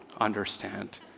understand